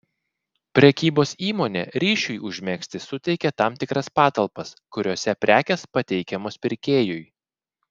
prekybos įmonė ryšiui užmegzti suteikia tam tikras patalpas kuriose prekės pateikiamos pirkėjui